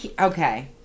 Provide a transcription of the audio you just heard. okay